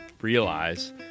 Realize